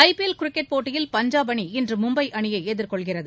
IPL cricket போட்டியில் பஞ்சாப் அணி இன்று மும்பை அணியை எதிர்கொள்கிறது